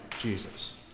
Jesus